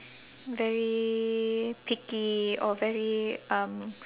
very picky or very um